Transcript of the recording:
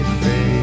fade